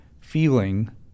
feeling